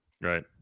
Right